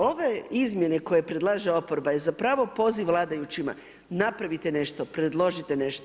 Ove izmjene koje predlaže oporba je zapravo poziv vladajućima napravite nešto, predložite nešto.